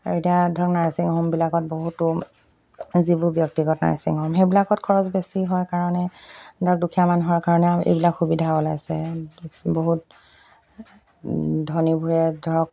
আৰু এতিয়া ধৰক নাৰ্ছিং হোমবিলাকত বহুতো যিবোৰ ব্যক্তিগত নাৰ্ছিং হোম সেইবিলাকত খৰচ বেছি হয় কাৰণে ধৰক দুখীয়া মানুহৰ কাৰণে এইবিলাক সুবিধা ওলাইছে বহুত ধনীবোৰে ধৰক